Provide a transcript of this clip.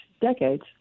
decades